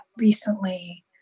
recently